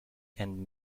and